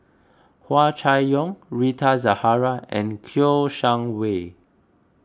Hua Chai Yong Rita Zahara and Kouo Shang Wei